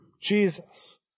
Jesus